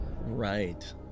right